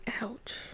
Ouch